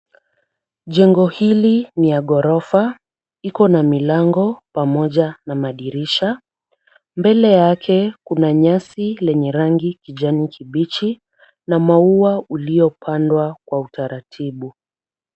Jengo hili ni ya ghorofa, iko na milango pamoja na madirisha. Mbele yake kuna nyasi lenye rangi kijani na maua uliopandwa kwa utaratibu.